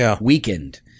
weakened